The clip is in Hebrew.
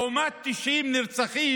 לעומת 90 נרצחים,